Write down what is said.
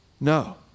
No